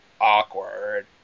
awkward